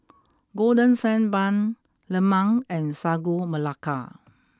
Golden Sand Bun Lemang and Sagu Melaka